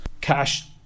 Cash